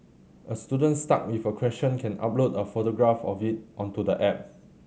a student stuck with a question can upload a photograph of it onto the app